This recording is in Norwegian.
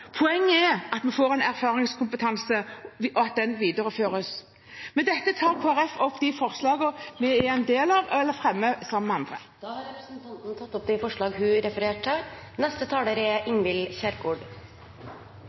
Poenget er at vi får en erfaringskompetanse, og at den videreføres. Med dette tar jeg opp det forslaget Kristelig Folkeparti har fremmet sammen med Senterpartiet og SV. Representanten Olaug V. Bollestad har tatt opp det forslaget hun refererte til. Det er